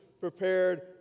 prepared